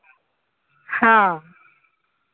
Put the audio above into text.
ᱦᱚᱸ